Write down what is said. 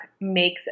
makes